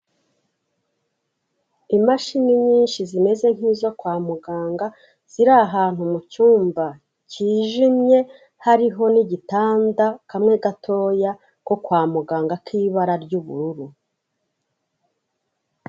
Imashini nyinshi zimeze nk'izo kwa muganga, ziri ahantu mu cyumba cyijimye, hariho n'igitanda kamwe gatoya ko kwa muganga k'ibara ry'ubururu.